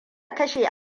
kashe